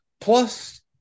plus –